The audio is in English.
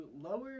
lower